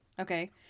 Okay